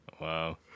Wow